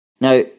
Now